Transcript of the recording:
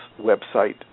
website